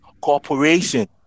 cooperation